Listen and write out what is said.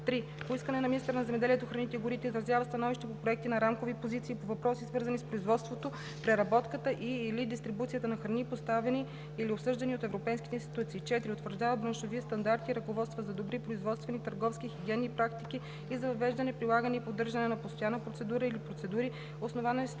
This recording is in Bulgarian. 3. по искане на министъра на земеделието, храните и горите изразява становище по проекти на рамкови позиции и по въпроси, свързани с производството, преработката и/или дистрибуцията на храни, поставени или обсъждани от европейските институции; 4. утвърждава браншови стандарти и ръководства за добри производствени, търговски и хигиенни практики и за въвеждане, прилагане и поддържане на постоянна процедура или процедури, основаващи се на